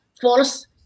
false